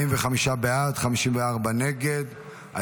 45 בעד, 54 נגד.